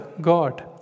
God